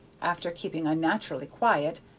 after keeping unnaturally quiet,